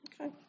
Okay